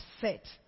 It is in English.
set